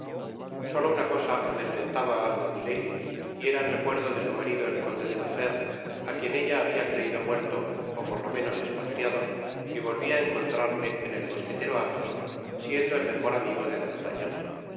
solo una cosa amedrentaba algo á milady y era el recuerdo de su marido el conde de la fére á quien ella habia creido muerto ó por lo menos espatriado y volvia á encontrarle en el mosquetero athos siendo el mejor amigo de